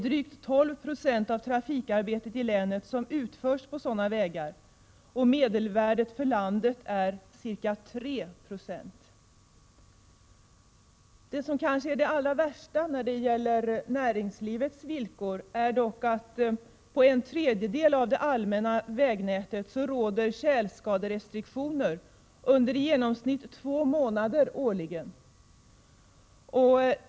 Drygt 12 20 av trafikarbetet i länet utförs på sådana vägar, och medelvärdet för landet är 3 90. Det kanske allra värsta när det gäller näringslivets villkor är att det på en tredjedel av det allmänna vägnätet råder tjälskaderestriktioner under i genomsnitt två månader årligen.